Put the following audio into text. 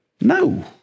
No